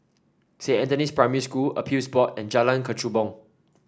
Saint Anthony's Primary School Appeals Board and Jalan Kechubong